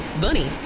Bunny